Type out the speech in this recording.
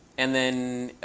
and then,